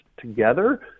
together